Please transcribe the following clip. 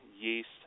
yeast